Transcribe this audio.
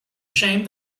shame